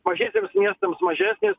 mažiesiems miestams mažesnės